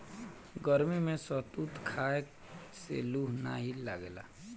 गरमी में शहतूत खाए से लूह नाइ लागेला